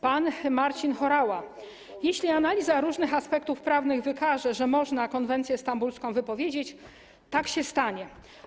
Pan Marcin Horała: jeśli analiza różnych aspektów prawnych wykaże, że można konwencję stambulską wypowiedzieć, to tak się stanie.